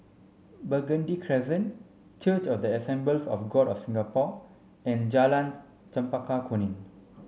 Burgundy Crescent Church of the Assemblies of God of Singapore and Jalan Chempaka Kuning